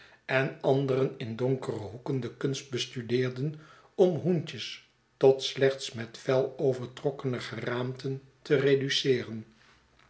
en anderen in donkere hoeken de kunst bestudeerden om hoentjes tot slechts met vel overtrokkene geraamten te reduceeren